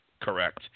correct